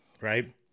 Right